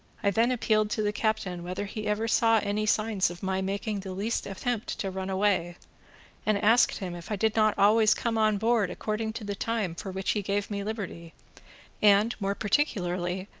i then appealed to the captain whether he ever saw any sign of my making the least attempt to run away and asked him if i did not always come on board according to the time for which he gave me liberty and, more particularly,